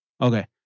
Okay